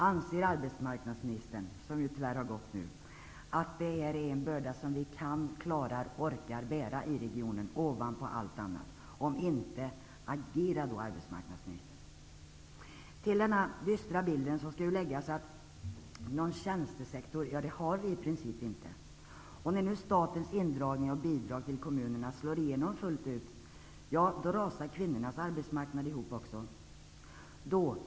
Anser arbetsmarknadsministern att det är en börda vi orkar bära i regionen, ovanpå allt annat? Om inte -- agera, arbetsmarknadsministern! Till denna dystra bild skall läggas det faktum att vi i princip inte har någon tjänstesektor. När nu statens indragning av bidrag till kommunerna slår igenom fullt ut rasar också kvinnornas arbetsmarknad ihop.